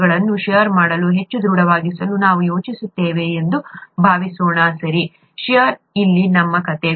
ಕೋಶಗಳನ್ನು ಷೇರ್ ಮಾಡಲು ಹೆಚ್ಚು ದೃಢವಾಗಿಸಲು ನಾವು ಯೋಚಿಸುತ್ತೇವೆ ಎಂದು ಭಾವಿಸೋಣ ಸರಿ ಷೇರ್ ಇಲ್ಲಿ ನಮ್ಮ ಕಥೆ